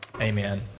Amen